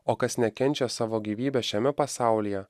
o kas nekenčia savo gyvybę šiame pasaulyje